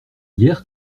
hier